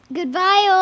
Goodbye